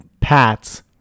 Pats